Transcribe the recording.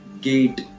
gate